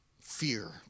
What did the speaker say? fear